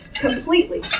completely